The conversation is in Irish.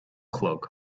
chlog